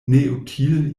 neutile